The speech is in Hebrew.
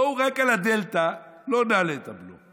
בואו רק על הדלתא לא נעלה את הבלו.